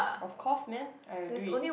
of course man I will do it